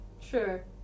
Sure